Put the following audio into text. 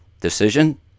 decision